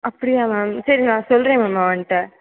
அப்படியா மேம் சரி நான் சொல்லுறேன் மேம் அவன்கிட்ட